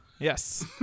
Yes